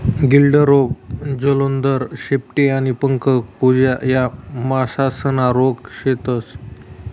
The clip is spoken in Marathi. गिल्ड रोग, जलोदर, शेपटी आणि पंख कुजा या मासासना रोग शेतस